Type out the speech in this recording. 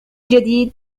جديد